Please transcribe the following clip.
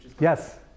Yes